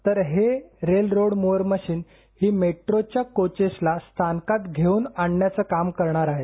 तर हे rail road mover machine ही मेट्रोच्या कोचेसला स्थानकात घेऊन आणण्याचं काम करणार आहे